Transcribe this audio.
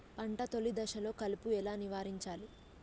పంట తొలి దశలో కలుపు ఎలా నివారించాలి?